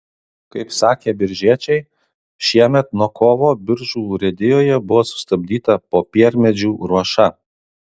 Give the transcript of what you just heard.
kaip sakė biržiečiai šiemet nuo kovo biržų urėdijoje buvo sustabdyta popiermedžių ruoša